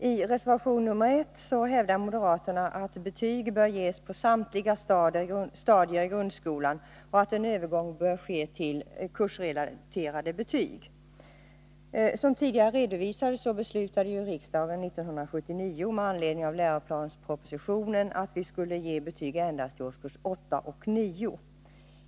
Herr talman! I reservation 1 hävdar moderaterna att betyg bör ges på samtliga stadier i grundskolan och att en övergång bör ske till kursrelaterade betyg. Som tidigare har redovisats beslutade riksdagen 1979 med anledning avläroplanspropositionen att vi skulle ge betyg endast i årskurserna 8 och 9.